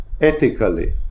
ethically